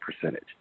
percentage